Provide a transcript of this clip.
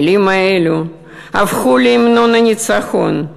המילים האלו הפכו להמנון הניצחון.